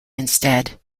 instead